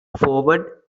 forward